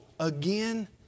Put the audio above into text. again